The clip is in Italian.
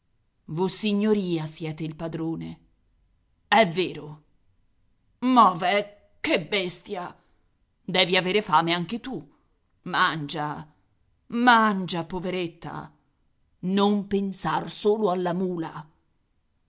roca vossignoria siete il padrone è vero ma veh che bestia devi aver fame anche tu mangia mangia poveretta non pensar solo alla mula